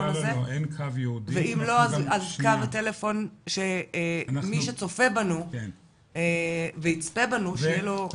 הזה ואם לא אז קו טלפון שמי שצופה בנו ויצפה בנו שיהיה לו.